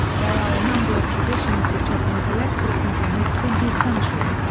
there are a number of traditions which have been collected since the mid-twentieth century,